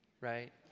right